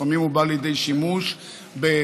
לפעמים הוא בא לידי שימוש בחתונות,